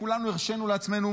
כולנו הרשינו לעצמנו